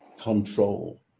control